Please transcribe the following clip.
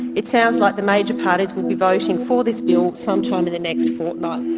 it sounds like the major parties will be voting for this bill sometime in the next fortnight.